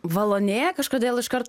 valonėja kažkodėl iškart